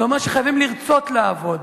זה אומר שחייבים לרצות לעבוד.